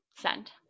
Send